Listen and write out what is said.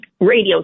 radio